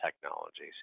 technologies